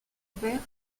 père